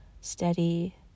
steady